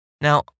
Now